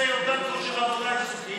2.5% אחוז מהשכר עושה אובדן כושר עבודה עיסוקי,